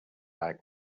like